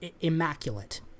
immaculate